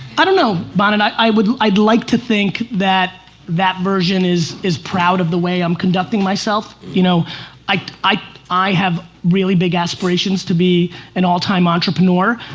i don't know bon, and i would, i'd like to think that that version is is proud of the way i'm conducting myself. you know myself. i i have really big aspirations to be an all time entrepreneur.